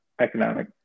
economic